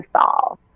solve